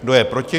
Kdo je proti?